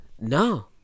no